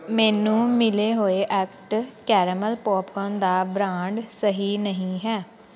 ਮੈਨੂੰ ਮਿਲੇ ਹੋਏ ਐਕਟ ਕੈਰੇਮਲ ਪੌਪਕੌਰਨ ਦਾ ਬ੍ਰਾਂਡ ਸਹੀ ਨਹੀਂ ਹੈ